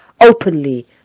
openly